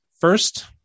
First